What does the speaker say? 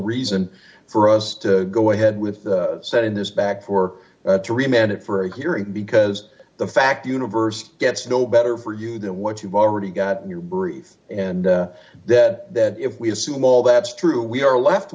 reason for us to go ahead with that in this back for a three minute for a hearing because the fact the universe gets no better d for you than what you've already got in your brief and that that if we assume all that's true we are left